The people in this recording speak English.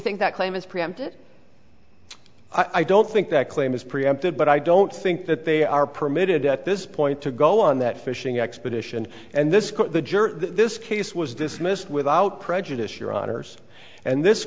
think that claim is preempted i don't think that claim is preempted but i don't think that they are permitted at this point to go on that fishing expedition and this the jury this case was dismissed without prejudice your honors and this